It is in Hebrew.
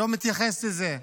הוא לא מתייחס לזה.